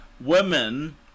Women